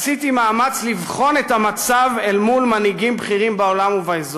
עשיתי מאמץ לבחון את המצב אל מול מנהיגים בכירים בעולם ובאזור,